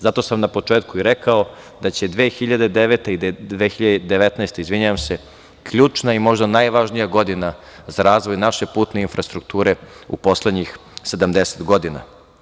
Zato sam na početku i rekao da će 2019. godine biti ključna i možda najvažnija godina za razvoj naše putne infrastrukture u poslednjih 70 godina.